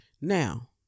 now